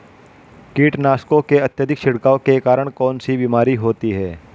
कीटनाशकों के अत्यधिक छिड़काव के कारण कौन सी बीमारी होती है?